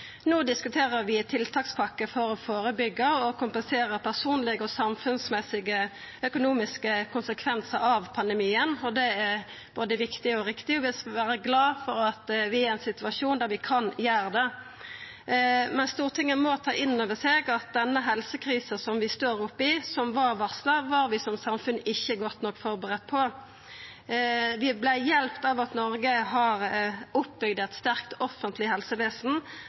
No diskuterer vi tiltakspakker for å førebyggja og kompensera personlege og samfunnsmessige økonomiske konsekvensar av pandemien, og det er både viktig og riktig. Vi skal vera glade for at vi er i ein situasjon der vi kan gjera det. Stortinget må ta innover seg at denne helsekrisa vi står oppe i, som var varsla, var vi som samfunn ikkje godt nok førebudd på. Vi vart hjelpte av at Noreg har bygd opp eit sterkt offentleg helsevesen,